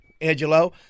Angelo